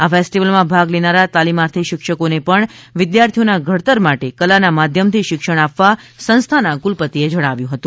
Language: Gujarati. આ ફેસ્ટિવલમાં ભાગ લેનારા તાલીમાર્થી શિક્ષકોને પણ વિદ્યાર્થીઓના ઘડતર માટે કલાના માધ્યમથી શિક્ષણ આપવા સંસ્થાના કુલપતિએ જણાવ્યું હતું